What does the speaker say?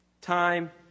time